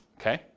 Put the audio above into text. Okay